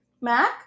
Mac